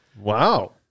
Wow